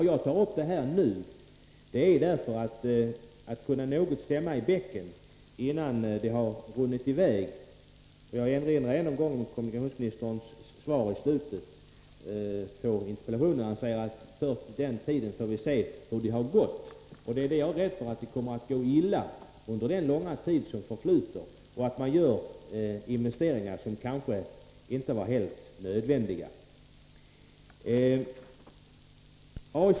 Jag tar upp det här ärendet för att vi om möjligt skall kunna stämma i bäcken. Jag vill erinra om kommunikationsministerns uttalande i slutet av interpellationssvaret, att vi efter försöksperioden får se hur det har gått. Jag är rädd för att det kommer att gå illa under den långa tid som förflyter och att man gör investeringar som kanske inte är alldeles nödvändiga.